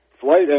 Flight